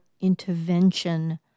intervention